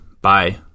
Bye